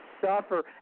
suffer